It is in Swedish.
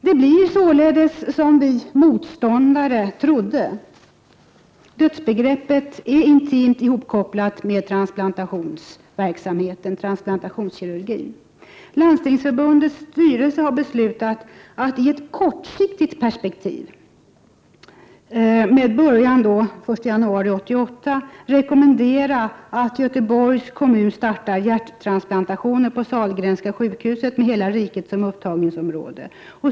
Det blir således som vi ”motståndare” trodde: dödsbegreppet är intimt hopkopplat med transplantationsverksamheten och transplantationskirurgin. Landstingsförbundets styrelse har beslutat att ”i ett kortsiktigt tidsperspektiv” med början den 1 januari 1988 rekommendera att Göteborgs kommun startar hjärttransplantationer på Sahlgrenska sjukhuset med hela riket som upptagningsområde.